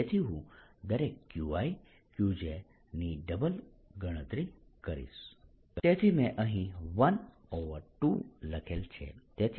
તેથી હું દરેક Qi Qj ની ડબલ ગણતરી કરીશ તેથી મેં અહીં ½ લખેલ છે